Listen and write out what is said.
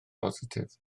bositif